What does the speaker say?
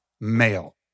male